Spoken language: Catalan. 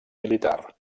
militar